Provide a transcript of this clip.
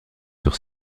sur